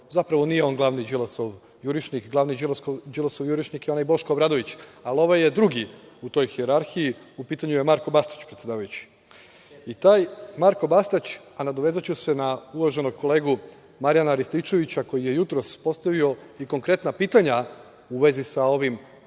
zapravo nije on glavni Đilasov jurišnik, glavni Đilasov jurišnik je onaj Boško Obradović, ali ovaj je drugi u toj hijerarhiji, u pitanju je Marko Bastać. Taj Marko Bastać, a nadovezaću se na uvaženog kolegu Marijana Ristićevića, koji je jutros postavio i konkretna pitanja u vezi sa ovim najavama,